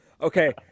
Okay